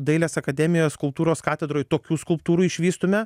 dailės akademijos skulptūros katedroj tokių skulptūrų išvystume